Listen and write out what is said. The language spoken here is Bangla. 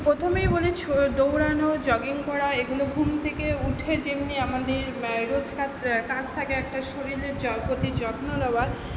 প্রথমেই বলি ছো দৌড়ানো জগিং করা এগুলো ঘুম থেকে উঠে যেমনি আমাদের রোজকার টাস্ক থাকে একটা শরীরের যত প্রতি যত্ন নেওয়ার